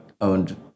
owned